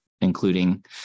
including